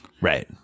right